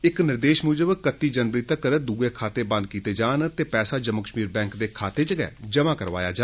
इक निर्देश मुजब जनवरी तक्कर द्रए खाते वेद कीते जान ते वैसा जम्मू कश्मीर बैंक दे खाते च जमा कराया जा